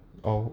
oh